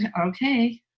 Okay